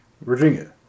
Virginia